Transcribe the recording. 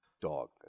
dog